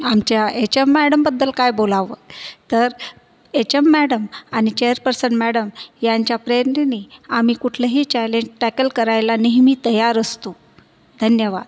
आमच्या H M मॅडमबद्दल काय बोलावं तर एच एम मॅडम आणि चेअरपर्सन मॅडम यांच्या प्रेरणेने आम्ही कुठल्याही चॅलेंज टॅकल करायला नेहमी तयार असतो धन्यवाद